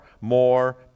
more